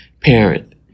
parent